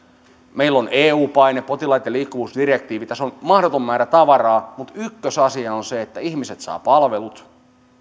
meillä on eu paine potilaiden liikkuvuusdirektiivi tässä on mahdoton määrä tavaraa mutta ykkösasia on se että ihmiset saavat palvelut